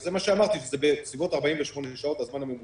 וזה מה שאמרתי, שזה בסביבות 48 שעות, הזמן הממוצע.